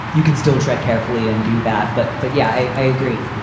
you can still tread carefully and do that. but but yeah, i i agree.